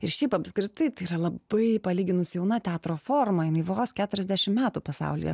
ir šiaip apskritai tai yra labai palyginus jauna teatro forma jinai vos keturiasdešim metų pasaulyje